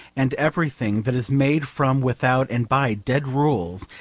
and everything that is made from without and by dead rules,